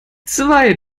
zwei